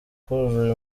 kuzura